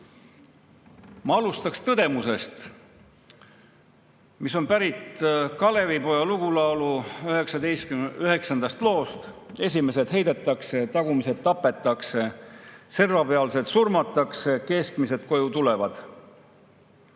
alustaks tõdemusest, mis on pärit "Kalevipoja" lugulaulu üheksandast loost: "Esimesed heidetakse, tagumised tapetakse, servapealsed surmatakse, keskmised koju tulevad."